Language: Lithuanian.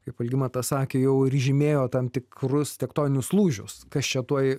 kaip algimantas sakė jau ir žymėjo tam tikrus tektoninius lūžius kas čia tuoj